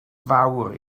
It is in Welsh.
fawr